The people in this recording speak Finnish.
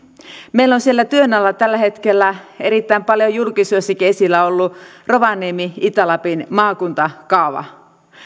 meillä on siellä työn alla tällä hetkellä erittäin paljon julkisuudessakin esillä ollut rovaniemen ja itä lapin maakuntakaava